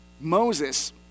Moses